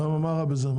למה מה רע בזה?